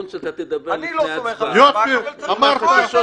אני לא סומך על השב"כ אבל --- יופי, אמרת.